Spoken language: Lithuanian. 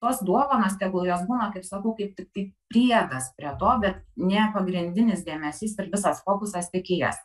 tos duovanos tegul jos būna kaip sakau kaip tiktai priedas prie to bet ne pagrindinis dėmesys ir visas fokusas tik į jas